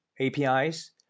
APIs